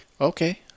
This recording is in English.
Okay